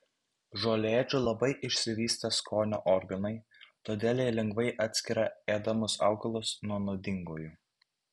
žolėdžių labai išsivystę skonio organai todėl jie lengvai atskiria ėdamus augalus nuo nuodingųjų